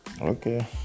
Okay